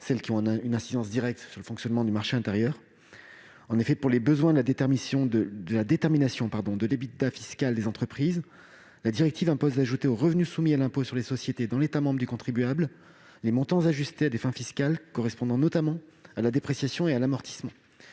fiscale qui ont une incidence directe sur le fonctionnement du marché intérieur. En effet pour les besoins de la détermination de l'Ebitda fiscal des entreprises, la directive impose d'ajouter aux revenus soumis à l'impôt sur les sociétés, dans l'État membre du contribuable, les montants ajustés à des fins fiscales correspondant notamment à la dépréciation et à l'amortissement.